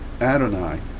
Adonai